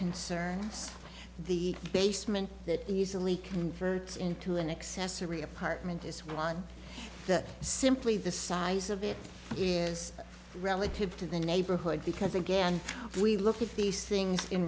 concerns the basement that easily converted into an accessory apartment is one that simply the size of it is relative to the neighborhood because again we look at these things in